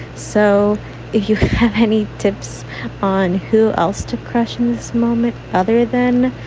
so if you have any tips on who else to crush and this moment other than